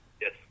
Yes